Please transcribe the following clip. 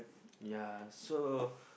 ya so